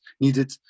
needed